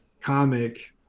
comic